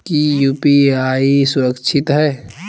की यू.पी.आई सुरक्षित है?